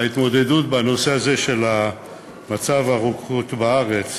ההתמודדות עם הנושא הזה של מצב הרוקחות בארץ